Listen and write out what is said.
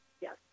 Yes